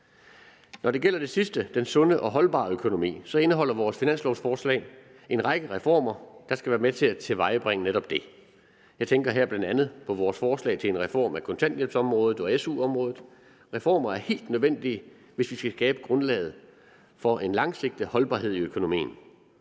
Når det gælder det sidste, den sunde og holdbare økonomi, indeholder vores finanslovforslag en række reformer, der skal være med til at tilvejebringe netop det. Jeg tænker her bl.a. på vores forslag til en reform af kontanthjælpsområdet og SU-området. Reformer er helt nødvendige, hvis vi skal skabe grundlaget for en langsigtet holdbarhed i økonomien.